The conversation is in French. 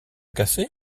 cassé